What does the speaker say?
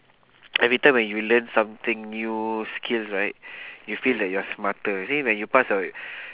every time when you learn something new skills right you feel like you're smarter see when you pass your